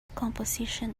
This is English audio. composition